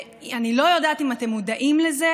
אני לא יודעת אם אתם מודעים לזה,